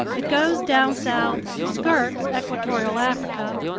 it goes down south, skirts equatorial africa,